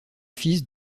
fils